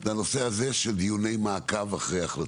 זה דיוני מעקב אחרי החלטות.